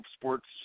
sports